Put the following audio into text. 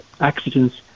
accidents